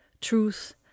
Truth